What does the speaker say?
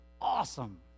awesome